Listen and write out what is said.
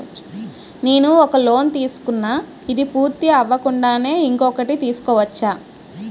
నేను ఒక లోన్ తీసుకున్న, ఇది పూర్తి అవ్వకుండానే ఇంకోటి తీసుకోవచ్చా?